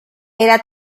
era